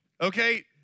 Okay